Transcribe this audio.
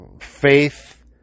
faith